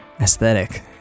aesthetic